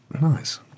Nice